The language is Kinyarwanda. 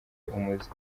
umuze